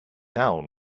down